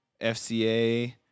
FCA